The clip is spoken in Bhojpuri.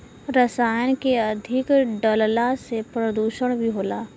रसायन के अधिक डलला से प्रदुषण भी होला